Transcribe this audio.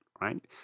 right